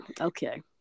Okay